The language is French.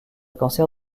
cancer